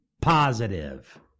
positive